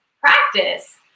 practice